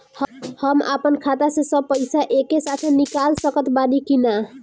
हम आपन खाता से सब पैसा एके साथे निकाल सकत बानी की ना?